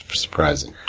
surprising.